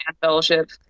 fellowship